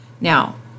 Now